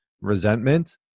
resentment